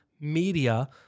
media